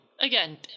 Again